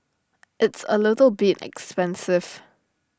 it's A little bit expensive